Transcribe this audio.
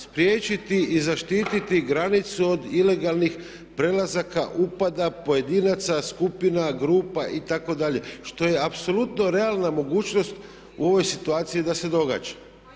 Spriječiti iz zaštiti granicu od ilegalnih prelazaka, upada, pojedinaca, skupina, grupa itd., što je apsolutno realna mogućnost u ovoj situaciji da se događa.